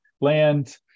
land